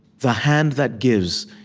the hand that gives,